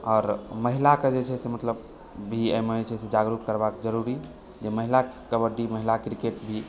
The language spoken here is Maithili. आओर माहिलाकेँ जे छै से मतलब बीएमजे छै से जागरूक करबाक जरुरी जे महिला कबड्डी महिला क्रिकेटभी